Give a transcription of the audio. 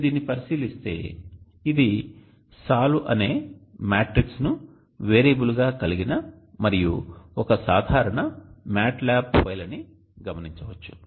మీరు దీనిని పరిశీలిస్తే ఇది SOLVE అనే మ్యాట్రిక్స్ ను వేరియబుల్ గా కలిగిన మరియు ఒక సాధారణ మ్యాట్లాబ్ ఫైల్ అని గమనించవచ్చు